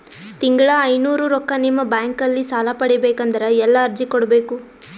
ತಿಂಗಳ ಐನೂರು ರೊಕ್ಕ ನಿಮ್ಮ ಬ್ಯಾಂಕ್ ಅಲ್ಲಿ ಸಾಲ ಪಡಿಬೇಕಂದರ ಎಲ್ಲ ಅರ್ಜಿ ಕೊಡಬೇಕು?